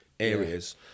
Areas